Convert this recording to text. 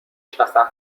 شناسم